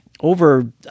over